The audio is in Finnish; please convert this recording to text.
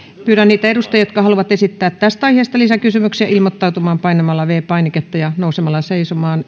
pyydän niitä edustajia jotka haluavat esittää tästä aiheesta lisäkysymyksiä ilmoittautumaan painamalla viides painiketta ja nousemalla seisomaan